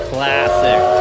Classic